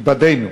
התבדינו.